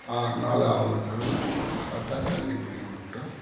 ஆறு நாள் ஆகுன பெறவு பார்த்தா தண்ணி பிடிங்கு விட்டு